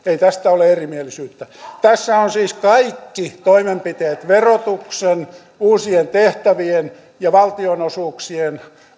ei tästä ole erimielisyyttä tässä on siis kaikki toimenpiteet verotuksen uusien tehtävien ja valtionosuuksien